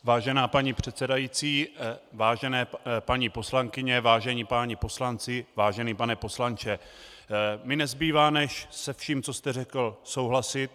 Vážená paní předsedající, vážené paní poslankyně, vážení páni poslanci, vážený pane poslanče, mně nezbývá než se vším, co jste řekl, souhlasit.